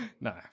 No